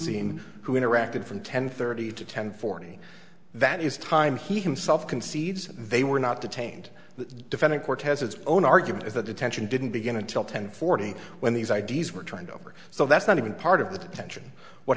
scene who interacted from ten thirty to ten forty that is time he himself concedes they were not detained the defendant court has its own argument is the detention didn't begin until ten forty when these i d s were trying to over so that's not even part of the detention what